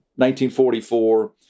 1944